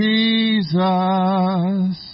Jesus